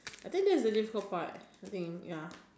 I think that's the difficult part I think ya